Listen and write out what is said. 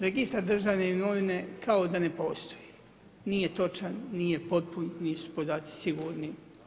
Registar državne imovine kao da ne postoji, nije točan, nije potpun, nisu podaci sigurni.